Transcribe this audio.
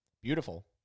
Beautiful